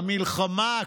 המלחמה,